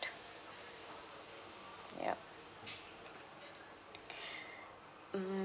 yup mm